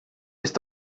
ist